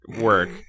work